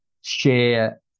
share